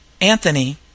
Anthony